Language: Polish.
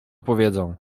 powiedzą